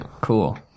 Cool